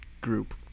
group